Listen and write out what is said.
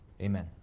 Amen